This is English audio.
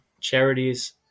charities